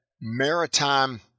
maritime